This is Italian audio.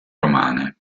romane